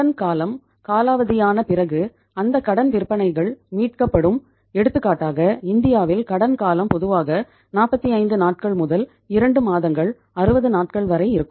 கடன் காலம் காலாவதியான பிறகு அந்த கடன் விற்பனைகள் மீட்கப்படும் எடுத்துக்காட்டாக இந்தியாவில் கடன் காலம் பொதுவாக 45 நாட்கள் முதல் 2 மாதங்கள் 60 நாட்கள் வரை இருக்கும்